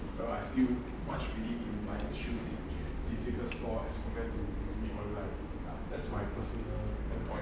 well I still much relief in wearing shoes in physical store as compared to read online as my personal standpoint